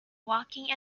walking